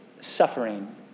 suffering